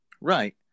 Right